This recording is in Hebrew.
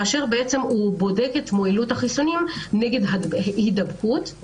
כאשר הוא בודק את מועילות החיסונים נגד הדבקה.